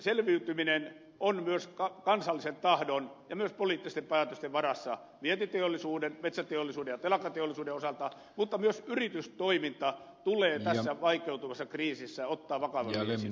selviytyminen on myös kansallisen tahdon ja myös poliittisten päätösten varassa vientiteollisuuden metsäteollisuuden ja telakkateollisuuden osalta mutta myös yritystoiminta tulee tässä vaikeutuvassa kriisissä ottaa vakavammin esiin